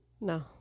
No